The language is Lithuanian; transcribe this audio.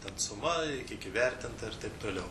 ten suma kiek įvertinta ir taip toliau